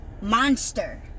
monster